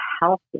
healthy